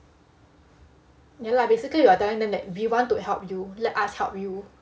ya lah basically we're telling them that we want to help you let us help you